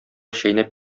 чәйнәп